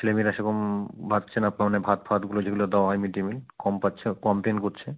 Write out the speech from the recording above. ছেলেমেয়েরা সেরকম পাচ্ছে না আপনার মানে ভাত ফাতগুলো যেগুলো দেওয়া হয় মিড ডে মিল কম পাচ্ছে কমপ্লেন করছে